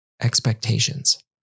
expectations